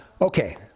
Okay